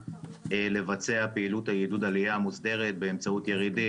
לבצע פעילות עידוד עלייה מוסדרת באמצעות ירידים,